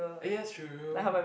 ah yes true